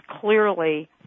clearly